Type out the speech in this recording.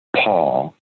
Paul